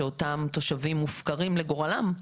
שאותם תושבים מופקרים לגורלם?